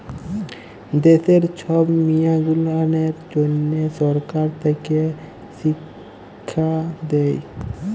দ্যাশের ছব মিয়াঁ গুলানের জ্যনহ সরকার থ্যাকে শিখ্খা দেই